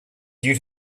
due